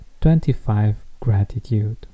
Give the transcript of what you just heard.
25Gratitude